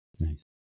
Nice